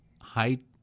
height